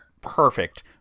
perfect